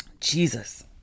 Jesus